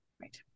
Right